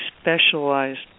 specialized